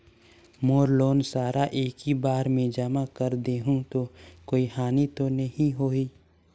मोर loan सारा एकी बार मे जमा कर देहु तो कोई हानि तो नी होही?